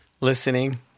listening